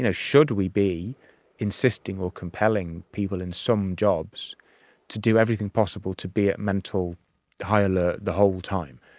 you know should we be insisting or compelling people in some jobs to do everything possible to be at mental high alert the whole time?